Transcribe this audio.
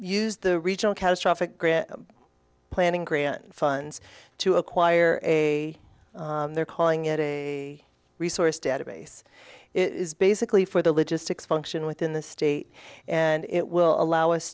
used the regional catastrophic planning grant funds to acquire a they're calling it a resource database is basically for the logistics function within the state and it will allow us